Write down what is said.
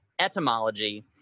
etymology